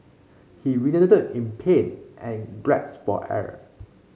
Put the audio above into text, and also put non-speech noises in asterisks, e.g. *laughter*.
he writhed in pain and *unintelligible* for air